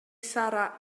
sarra